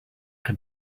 can